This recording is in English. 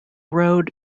road